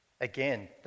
Again